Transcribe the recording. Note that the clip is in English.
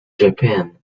japan